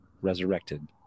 resurrected